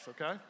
okay